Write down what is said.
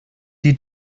die